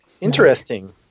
Interesting